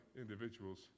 individuals